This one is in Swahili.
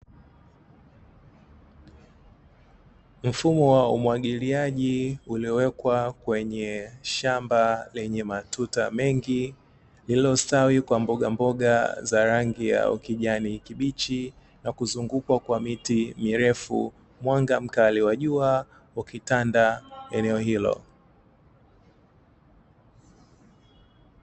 Mfumo wa umwagiliaji uliowekwa kwenye shamba lenye matuta mengi lililostawi kwa mbogamboga za rangi ya ukijani kibichi na kuzunguka kwa miti mirefu, mwanga mkali wa jua ukitanda eneo hilo.